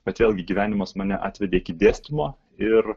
bet vėlgi gyvenimas mane atvedė iki dėstymo ir